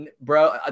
bro